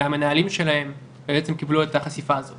מהמנהלים שלהם, בעצם קיבלו את החשיפה הזאת